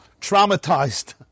traumatized